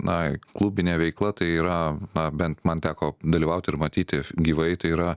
na klubinė veikla tai yra na bent man teko dalyvauti ir matyti gyvai tai yra